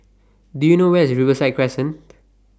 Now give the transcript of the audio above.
Do YOU know Where IS Riverside Crescent